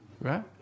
Right